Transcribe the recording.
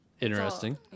Interesting